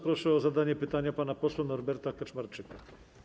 Proszę o zadanie pytania pana posła Norberta Kaczmarczyka.